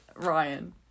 Ryan